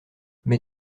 mais